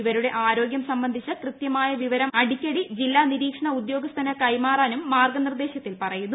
ഇവരുടെ ആരോഗ്യം സംബന്ധിച്ച കൃത്യമായ വിവരം അടിക്കടി ജില്ലാ നിരീക്ഷണ ഉദ്യോഗസ്ഥന് കൈമാറാനും മാർഗനിർദേശത്തിൽ പറയുന്നു